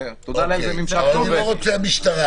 ותודה לאל זה נמשך -- אני לא רוצה משטרה.